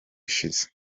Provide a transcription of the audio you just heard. ishize